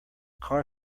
car